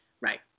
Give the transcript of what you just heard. right